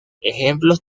ejemplos